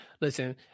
listen